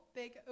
big